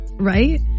right